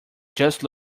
just